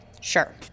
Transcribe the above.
sure